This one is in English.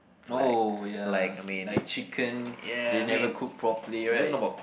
oh ya like chicken they never cook properly right